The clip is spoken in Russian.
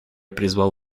призвал